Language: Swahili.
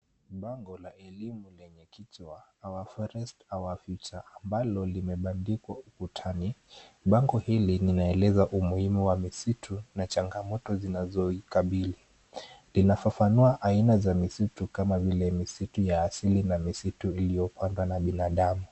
Bango la elimu lenye kichwa, our forest our future ambalo limebandikwa ukutani. Bango hili linaeleza umuhimu wa misitu na changamoto zinazoikabili, linafafanua aina za misitu kama vile misitu ya asili na misitu iliyopandwa na binadamu.